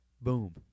Boom